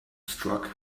struck